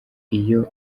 iyo